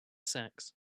sax